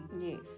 yes